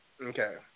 Okay